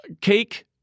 cake